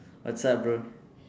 what's up bro